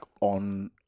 on